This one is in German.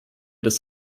des